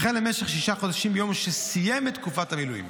וכן למשך שישה חודשים מיום שסיים את תקופת המילואים.